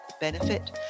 benefit